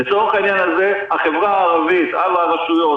לצורך העניין הזה החברה הערבית על הרשויות